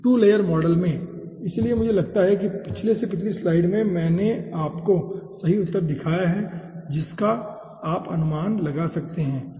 2 layer model में इसलिए मुझे लगता है कि पिछली से पिछली स्लाइड में मैंने आपको सही उत्तर दिखाया है जिसका आप अनुमान लगा सकते हैं